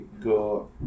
go